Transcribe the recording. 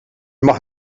mag